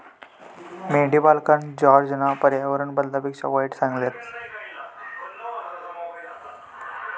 मेंढीपालनका जॉर्जना पर्यावरण बदलापेक्षा वाईट सांगितल्यान